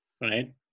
right